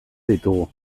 ditugu